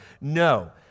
No